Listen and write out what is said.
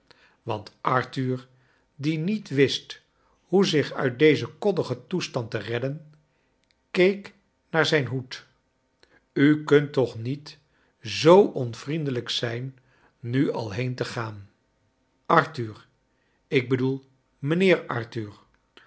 want arthur die niet wist hoe zich uit dezen koddigen toestand te redden keek naar zijn hoed u kunt toch niet zoo onvriendclijk zijn nu al been te gaan arthur ik bedoel mijnheer arthur